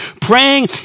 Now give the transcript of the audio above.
praying